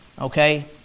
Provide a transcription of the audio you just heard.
okay